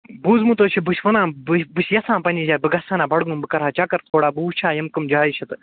بوٗزمُت حظ چھُ بہٕ چھُس وَنان بہٕ بہٕ چھُس یَژھان پنٕنہِ جایہِ بہٕ گَژھٕ ہا نا بَڈٕگوم بہٕ کَرٕ ہا چکر تھوڑا بہٕ وُچھٕ ہا یِم کٕم جایہِ چھِ تہٕ